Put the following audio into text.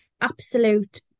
absolute